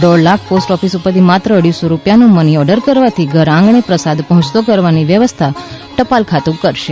દોઢ lakh post office ઉપરથી માત્ર અઢીસો રૂપિયાનુ મનીઓર્ડર કરવાથી ઘર આંગણે પ્રસાદ પહોંચતો કરવાની વ્યવસ્થા ટપાલ ખાતું કરશે